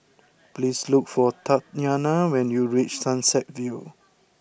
please look for Tatyanna when you reach Sunset View